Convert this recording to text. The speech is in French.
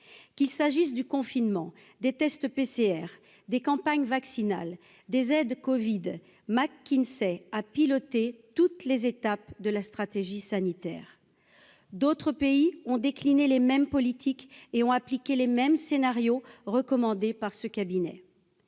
qu'il s'agisse du confinement des tests PCR des campagnes vaccinales des aides Covid McKinsey a piloté toutes les étapes de la stratégie sanitaire d'autres pays ont décliné les mêmes politiques et on appliqué les mêmes scénarios recommandé par ce cabinet,